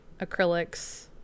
acrylics